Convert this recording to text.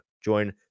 join